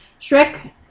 Shrek